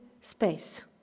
space